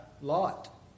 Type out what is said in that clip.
Lot